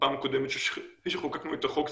בפעם הקודמת שחוקקנו את החוק,